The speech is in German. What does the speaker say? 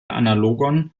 analogon